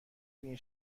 بینی